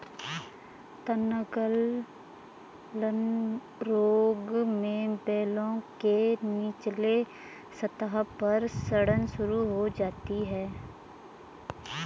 तनगलन रोग में बेलों के निचले सतह पर सड़न शुरू हो जाती है